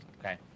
Okay